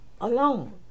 alone